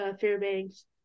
Fairbanks